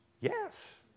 yes